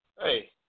hey